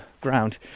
ground